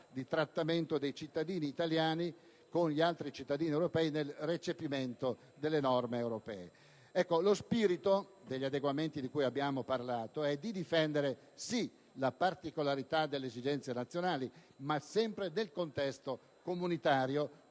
di trattamento dei cittadini italiani, rispetto agli altri cittadini europei, in rapporto al recepimento delle norme europee. Lo spirito degli adeguamenti di cui ho parlato è quello di difendere la particolarità delle esigenze nazionali, ma sempre nel contesto comunitario,